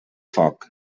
foc